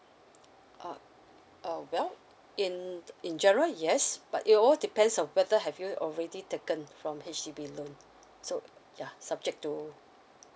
uh uh well in in general yes but it all depends on whether have you already taken from H_D_B loan so ya subject to